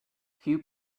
few